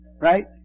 Right